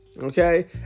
Okay